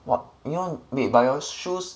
wh~ you kno~ wait but your shoes